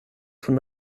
von